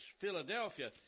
Philadelphia